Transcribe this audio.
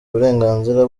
uburenganzira